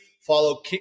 follow